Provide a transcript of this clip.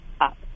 up